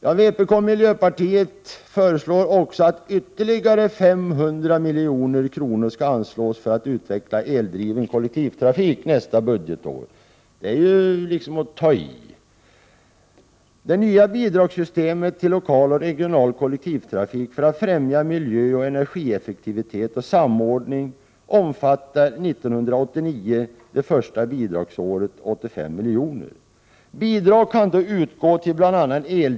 Vpk och miljöpartiet föreslår också att ytterligare 500 milj.kr. skall anslås för att utveckla eldriven kollektivtrafik nästa budgetår. Det är att ta i!